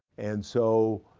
and so,